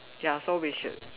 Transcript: ya so we should